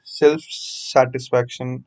self-satisfaction